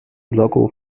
local